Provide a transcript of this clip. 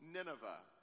Nineveh